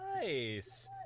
Nice